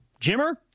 Jimmer